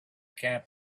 camp